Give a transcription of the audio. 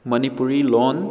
Manipuri ꯂꯣꯟ